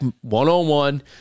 one-on-one